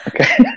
Okay